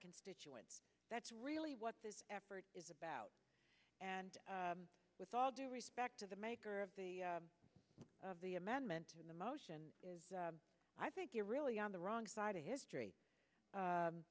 constituents that's really what this effort is about and with all due respect to the maker of the of the amendment in the motion is i think you're really on the wrong side of history